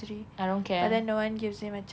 I don't care